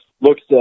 looks